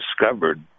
discovered